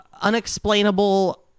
unexplainable